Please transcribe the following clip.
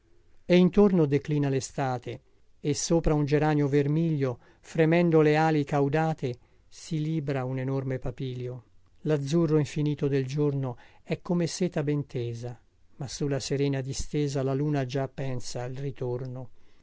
e intorno declina lestate e sopra un geranio vermiglio fremendo le ali caudate si libra un enorme papilio lazzurro infinito del giorno è come una seta ben tesa ma sulla serena distesa la luna già pensa al ritorno